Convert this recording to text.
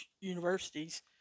universities